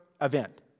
event